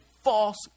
false